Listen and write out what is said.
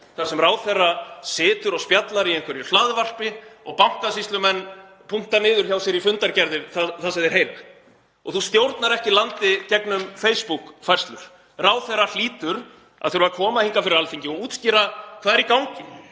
þar sem ráðherra situr og spjallar í einhverju hlaðvarpi og Bankasýslumenn punkta niður hjá sér í fundargerðir það sem þeir heyra. Og þú stjórnar ekki landi gegnum Facebook-færslur. Ráðherra hlýtur að þurfa að koma hingað fyrir Alþingi og útskýra hvað er í gangi,